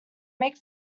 make